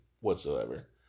whatsoever